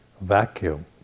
vacuum